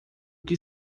que